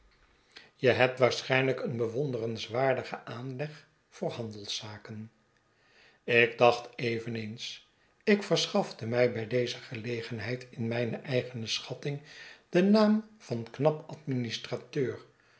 je hebt waarlijk een bewonderenswaardigen aanleg voor handelszaken ik dacht eveneens ik verschafte mij bij deze gelegenheid in mij ne eigene schatting den naam van knap